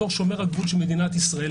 בתור שומר הגבול של מדינת ישראל,